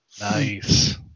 Nice